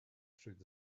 through